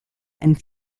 and